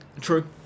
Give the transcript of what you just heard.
true